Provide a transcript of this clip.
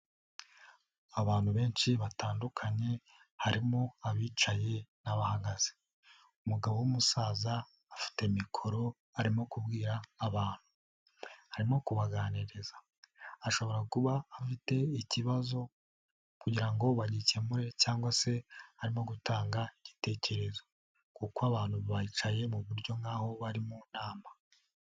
Abantu benshi batandukanye harimo abicaye n'abahagaze. Umugabo w'umusaza afite mikoro arimo kubwira abantu. Arimo kubaganiriza. Ashobora kuba afite ikibazo kugira ngo bagikemure cyangwa se arimo gutanga igitekerezo kuko abantu bicyaye mu buryo nkaho bari mu nama.